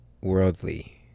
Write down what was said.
worldly